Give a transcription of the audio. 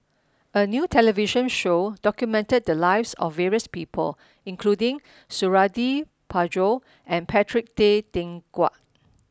a new television show documented the lives of various people including Suradi Parjo and Patrick Tay Teck Guan